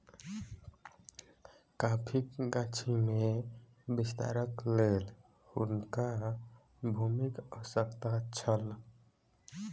कॉफ़ीक गाछी में विस्तारक लेल हुनका भूमिक आवश्यकता छल